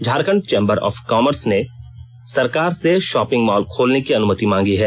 Jharkhand chamber of commerce ने सरकार से शॉपिंग मॉल खोलने की अनुमति मांगी है